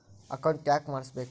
Account ಯಾಕ್ ಮಾಡಿಸಬೇಕು?